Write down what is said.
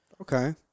Okay